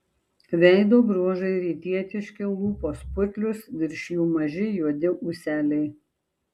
veido bruožai rytietiški lūpos putlios virš jų maži juodi ūseliai